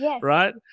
right